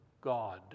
god